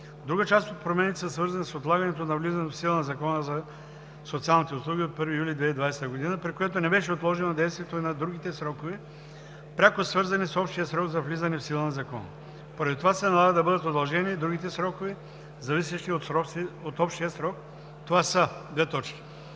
Друга част от промените са свързани с отлагането на влизането в сила на Закона за социалните услуги от 1 юли 2020 г., при което не беше отложено действието и на другите срокове, пряко свързани с общия срок за влизане в сила на Закона. Поради това се налага да бъдат удължени другите срокове, зависещи от общия срок. Това са: - Срокът